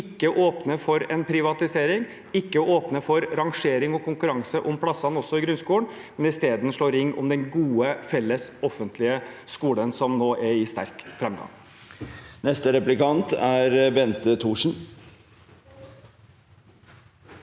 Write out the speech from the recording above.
ikke åpne for privatisering, heller ikke åpne for rangering og konkurranse om plassene i grunnskolen, men isteden slå ring om den gode, felles, offentlige skolen, som nå er i sterk framgang. Bente Thorsen